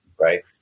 right